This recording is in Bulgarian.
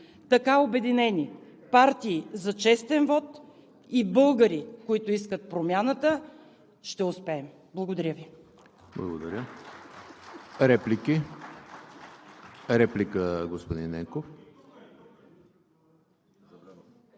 Така обединени – партии за честен вот и българи, които искат промяната, ще успеем. Благодаря Ви.